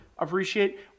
appreciate